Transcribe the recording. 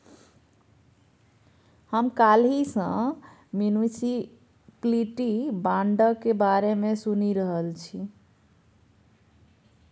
हम काल्हि सँ म्युनिसप्लिटी बांडक बारे मे सुनि रहल छी